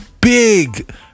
Big